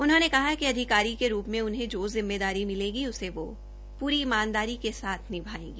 उन्होंने कहा कि अधिकारी के रूप में उन्हें जो जिम्मेदारी मिलेगी उसे वे ईमानदारी के साथ निभायेंगी